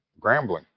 grambling